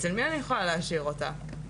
אצל מי אני יכולה להשאיר אותה?